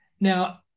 Now